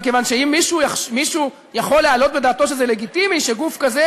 מכיוון שאם מישהו יכול להעלות בדעתו שזה לגיטימי שגוף כזה